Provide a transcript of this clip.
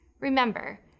Remember